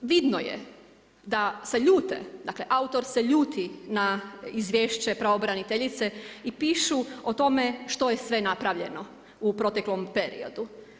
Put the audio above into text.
Vidno je da se ljute, dakle autor se ljuti na izvješće pravobraniteljice i pišu o tome što je sve napravljeno u proteklom periodu.